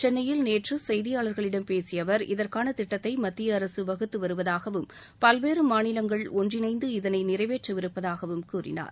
சென்னையில் நேற்று செய்தியாளர்களிடம் பேசிய அவர் இதற்கான திட்டத்தை மத்திய அரசு வகுத்து வருவதாகவும் பல்வேறு மாநிலங்கள் ஒன்றிணைந்து இதனை நிறைவேற்றவிருப்பதாகவும் கூறினார்